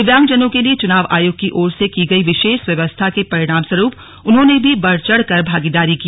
दिव्यांगजनों के लिए चुनाव आयोग की ओर से की गई विशेष व्यवस्था के परिणामस्वरूप उन्होंने भी बढ़ चढ़कर भागीदारी की